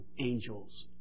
angels